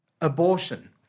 abortion